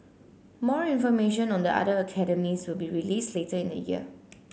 more information on the other academies will be released later in the year